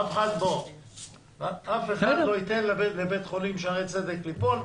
אף אחד לא ייתן לבית חולים שערי צדק ליפול.